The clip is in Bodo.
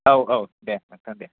औ औ दे नोंथां दे